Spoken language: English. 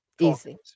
Easy